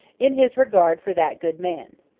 in his regard for that good man.